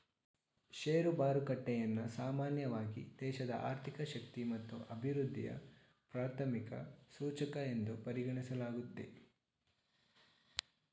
share ಮಾರುಕಟ್ಟೆಯನ್ನ ಸಾಮಾನ್ಯವಾಗಿ ದೇಶದ ಆರ್ಥಿಕ ಶಕ್ತಿ ಮತ್ತು ಅಭಿವೃದ್ಧಿಯ ಪ್ರಾಥಮಿಕ ಸೂಚಕ ಎಂದು ಪರಿಗಣಿಸಲಾಗುತ್ತೆ